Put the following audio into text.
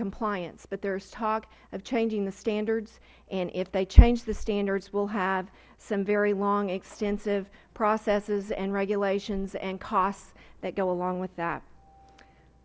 compliance but there is talk about changing the standards and if they change the standards we will have some very long extensive processes and regulations and costs that go along with that